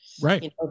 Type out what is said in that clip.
Right